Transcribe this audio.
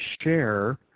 share